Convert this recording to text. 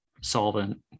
solvent